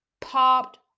popped